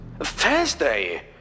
Thursday